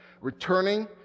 returning